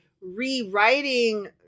rewriting